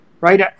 right